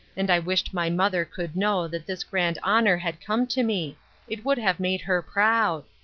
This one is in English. and i wished my mother could know that this grand honor had come to me it would have made her proud.